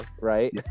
Right